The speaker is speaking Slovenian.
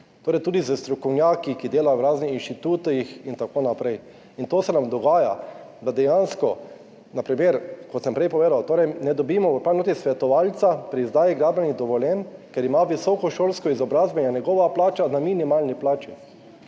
torej tudi s strokovnjaki, ki delajo v raznih inštitutih, in tako naprej. In to se nam dogaja, da dejansko, na primer, kot sem prej povedal, ne dobimo svetovalca pri izdaji gradbenih dovoljenj, ker ima visokošolsko izobrazbo in je njegova plača na minimalni plači,